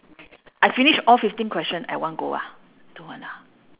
I finish all fifteen question at one go ah don't want ah